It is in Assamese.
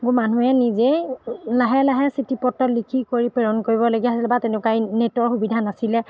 মোৰ মানুহে নিজেই লাহে লাহে চিঠি পত্ৰ লিখি কৰি প্ৰেৰণ কৰিবলগীয়া হৈছিলে বা তেনেকুৱাই নেটৰ সুবিধা নাছিলে